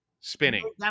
Spinning